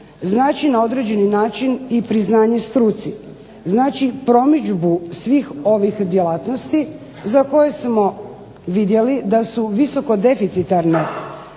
znači na određeni način i priznanje struci. Znači promidžbu svih ovih djelatnosti za koje smo vidjeli da su visoko deficitarne.